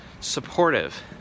supportive